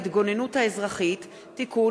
הצעת חוק ההתגוננות האזרחית (תיקון,